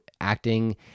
acting